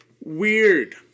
weird